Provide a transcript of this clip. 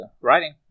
writing